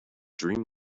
dream